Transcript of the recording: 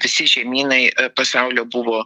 visi žemynai pasaulio buvo